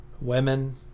women